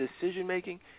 decision-making